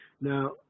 Now